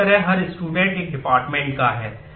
इसी तरह हर स्टूडेंट का है